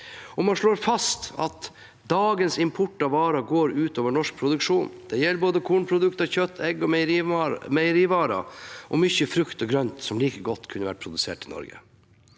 Man slår også fast at dagens import av varer går ut over norsk produksjon. Det gjelder både kornprodukter, kjøtt, egg og meierivarer – og mye frukt og grønt som like godt kunne vært produsert i Norge.